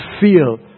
feel